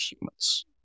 humans